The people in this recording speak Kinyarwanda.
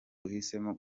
uhisemo